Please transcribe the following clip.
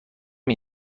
این